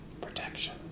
protection